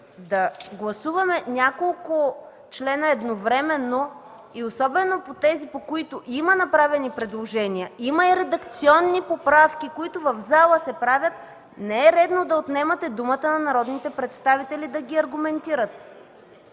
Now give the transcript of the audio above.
да гласуваме няколко члена едновременно и особено тези, по които има направени предложения, има и редакционни поправки, които се правят в залата, не е редно да отнемате думата на народните представители да ги аргументират!